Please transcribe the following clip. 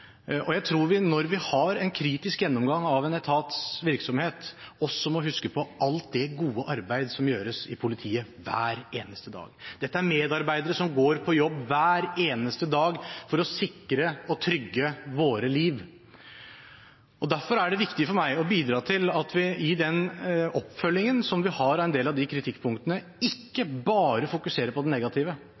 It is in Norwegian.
Jeg tror vi, når vi har en kritisk gjennomgang av en etats virksomhet, også må huske på alt det gode arbeidet som gjøres i politiet hver eneste dag. Dette er medarbeidere som går på jobb hver eneste dag for å sikre og trygge våre liv. Derfor er det viktig for meg å bidra til at vi i den oppfølgingen som vi har av en del av de kritikkpunktene, ikke bare fokuserer på det